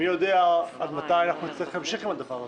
מי יודע עד מתי נמשיך עם הדבר הזה?